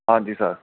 ਹਾਂਜੀ ਸਰ